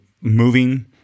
moving